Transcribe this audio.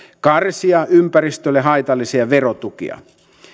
karsia ympäristölle haitallisia verotukia